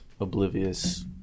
oblivious